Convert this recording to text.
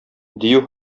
дию